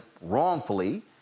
wrongfully